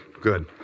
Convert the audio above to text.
Good